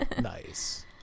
Nice